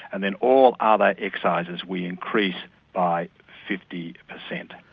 and then all other excises we increase by fifty percent.